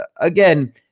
again